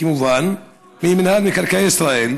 כמובן, ממינהל מקרקעי ישראל,